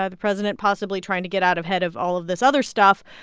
ah the president, possibly trying to get out ahead of all of this other stuff,